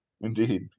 Indeed